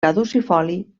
caducifoli